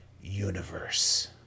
universe